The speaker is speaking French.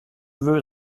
veux